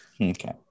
okay